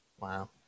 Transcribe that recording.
Wow